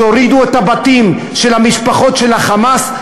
שהורידו את הבתים של המשפחות של ה"חמאס",